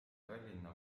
tallinna